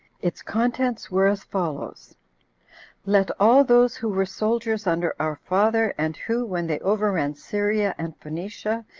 its contents were as follows let all those who were soldiers under our father, and who, when they overran syria and phoenicia,